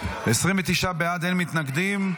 29 בעד, אין מתנגדים.